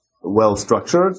well-structured